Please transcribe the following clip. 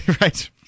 right